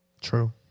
True